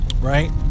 Right